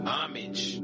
Homage